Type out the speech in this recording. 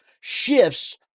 shifts